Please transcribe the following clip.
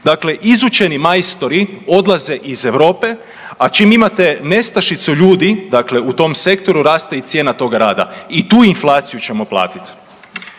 dakle izučeni majstori odlaze iz Europe, a čim imate nestašicu ljudi, dakle u tom sektoru raste i cijena tog rada. I tu inflaciju ćemo platiti.